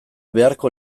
beharko